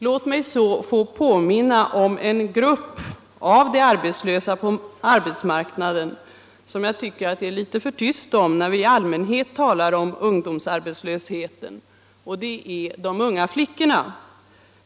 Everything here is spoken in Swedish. Låt mig så få påminna om en grupp arbetslösa som jag tycker att det är litet för tyst om när vi i allmänhet talar om ungdomsarbetslösheten. Det är de unga flickorna.